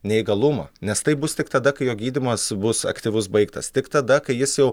neįgalumą nes taip bus tik tada kai jo gydymas bus aktyvus baigtas tik tada kai jis jau